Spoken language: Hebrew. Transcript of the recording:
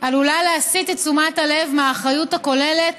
עלולה להסיט את תשומת הלב מהאחריות הכוללת